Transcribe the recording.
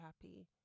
happy